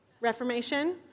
Reformation